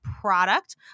product